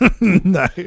No